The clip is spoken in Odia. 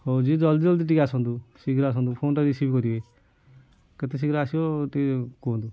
ହଉ ଜଲ୍ଦି ଜଲ୍ଦି ଟିକେ ଆସନ୍ତୁ ଶୀଘ୍ର ଆସନ୍ତୁ ଫୋନ୍ଟା ରିସିଭ୍ କରିବେ କେତେ ଶୀଘ୍ର ଆସିବ ଟିକେ କୁହନ୍ତୁ